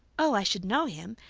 oh, i should know him.